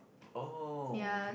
oh